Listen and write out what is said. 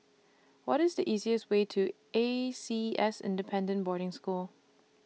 What IS The easiest Way to A C S Independent Boarding School